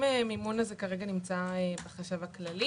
המימון הזה נמצא כרגע בחשב הכללי.